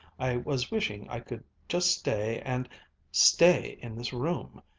i was wishing i could just stay and stay in this room.